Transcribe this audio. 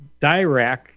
Dirac